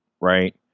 right